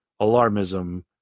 alarmism